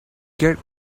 get